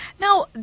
now